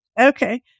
Okay